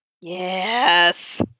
Yes